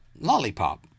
lollipop